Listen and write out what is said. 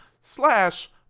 slash